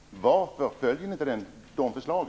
Varför följer regeringen inte dessa förslag?